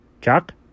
Chuck